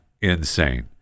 insane